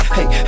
Hey